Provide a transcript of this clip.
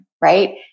right